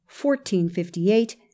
1458